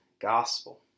gospel